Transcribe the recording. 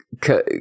cause